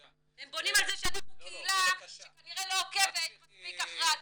הם בונים על זה שאנחנו קהילה שכנראה לא עוקבת מספיק אחרי התקציבים.